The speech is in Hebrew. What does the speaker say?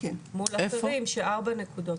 מול האחרים של 4 נקודות.